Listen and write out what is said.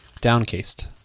downcased